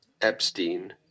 Epstein